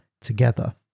together